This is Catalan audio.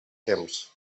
temps